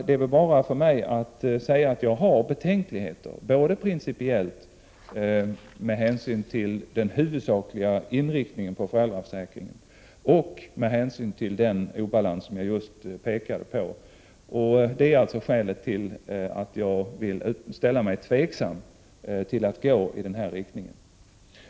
Det är bara för mig att säga att jag har betänklighet principiellt både med hänsyn till den huvudsakliga inriktningen i föräldraförsäkringen och med hänsyn till den obalans som jag just pekade på uppkommer. Det är alltså skälet till att jag ställer mig tveksam till att gå i den riktningen.